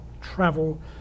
travel